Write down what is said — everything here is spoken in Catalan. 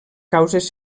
causes